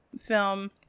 film